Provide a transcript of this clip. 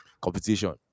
competition